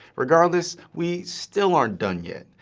regardless, we still aren't done yet,